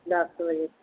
ਦਸ ਵਜੇ